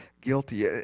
guilty